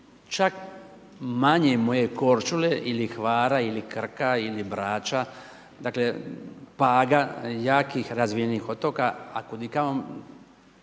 čak manje moje Korčule ili Hvara ili Krka ili Brača, dakle Paga, jakih razvijenijih otoka, a kud i kamo